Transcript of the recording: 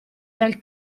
dal